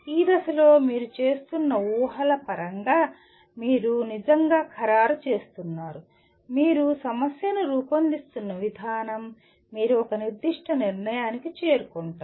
ఈ దశలో మీరు చేస్తున్న ఊహల పరంగా మీరు నిజంగా ఖరారు చేస్తున్నారు మీరు సమస్యను రూపొందిస్తున్న విధానం మీరు ఒక నిర్దిష్ట నిర్ణయానికి చేరుకుంటారు